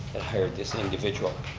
that hired this individual.